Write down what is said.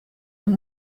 are